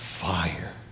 fire